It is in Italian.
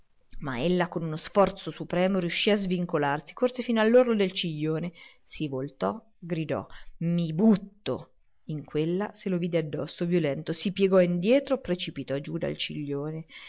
ma ella con uno sforzo supremo riuscì a svincolarsi corse fino all'orlo del ciglione si voltò gridò i butto in quella se lo vide addosso violento si piegò indietro precipitò giù dal ciglione